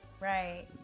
Right